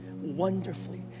wonderfully